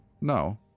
No